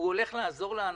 הוא הולך לעזור לאנשים.